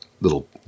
little